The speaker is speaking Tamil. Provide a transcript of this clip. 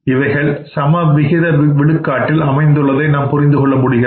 இவைகள் சமவிகித விழுக்காட்டில் அமைந்துள்ளதை நாம் புரிந்துகொள்ள முடிகிறது